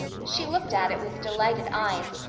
she looked at it with delighted eyes,